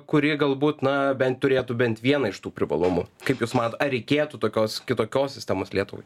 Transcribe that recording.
kuri galbūt na bent turėtų bent vieną iš tų privalumų kaip jūs manot ar reikėtų tokios kitokios sistemos lietuvai